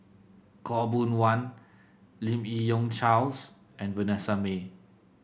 Khaw Boon Wan Lim Yi Yong Charles and Vanessa Mae